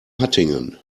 hattingen